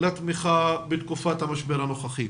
לתמיכה בתקופת המשבר הנוכחי.